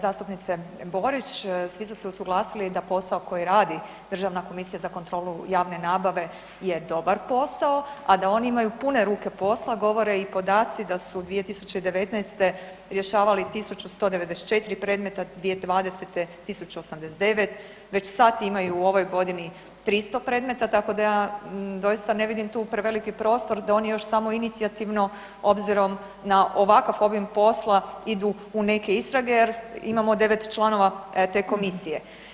Zastupnice Borić, svi su se usuglasili da posao koji radi Državna komisija za kontrolu javne nabave je dobar posao, a da oni imaju pune ruke posla, govore i podaci da su 2019. rješavali 1094 predmeta, 1089, već sad imaju u ovoj godini 300 predmeta, tako da ja doista ne vidim tu preveliki prostor da oni još samoinicijativno obzirom na ovakav obim posla, idu u neke istrage jer imamo 9 članova te komisije.